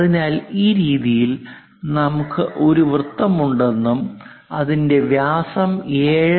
അതിനാൽ ഈ രീതിയിൽ നമുക്ക് ഒരു വൃത്തമുണ്ടെന്നും അതിന്റെ വ്യാസം 7